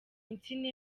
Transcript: insina